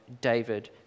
David